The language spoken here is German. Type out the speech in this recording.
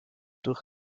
durch